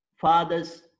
Father's